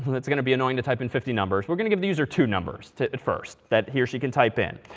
that's going to be annoying to type in fifty numbers. we're going to give the user two numbers at first, that here, she can type in.